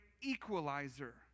equalizer